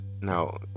Now